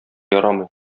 ярамый